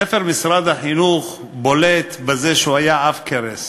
ספר משרד החינוך היה בולט בזה שהוא היה עב-כרס,